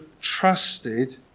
trusted